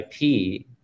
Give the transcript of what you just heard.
IP